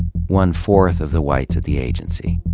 one fourth of the whites at the agency.